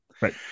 Right